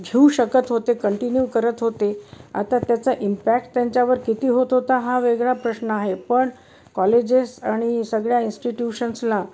घेऊ शकत होते कंटिन्यू करत होते आता त्याचा इम्पॅक्ट त्यांच्यावर किती होत होता हा वेगळा प्रश्न आहे पण कॉलेजेस आणि सगळ्या इन्स्टिट्यूशन्सला